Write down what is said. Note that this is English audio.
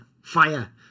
Fire